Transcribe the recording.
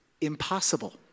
impossible